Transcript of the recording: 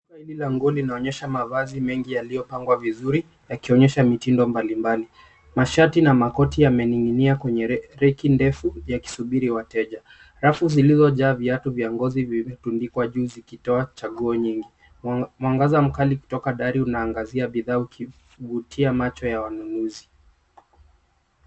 Duka hili la nguo linaonyesha mavazi mengi yaliyopangwa vizuri yakionyesha mitindo mbalimbali. Mashati na makoti yamening'inia kwenye reki ndefu yakisubiri wateja. Rafu zilizojaa viatu vya ngozi vimetundikwa juu zikitoa chaguo nyingi. Mwangaza mkali kutoka dari unaangazia bidhaa ukivutia macho ya wanunuzi.